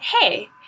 hey